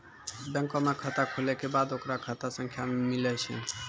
बैंको मे खाता खुलै के बाद ओकरो खाता संख्या मिलै छै